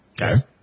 Okay